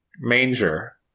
manger